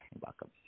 welcome